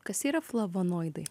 kas yra flavonoidai